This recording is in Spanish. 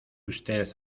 usted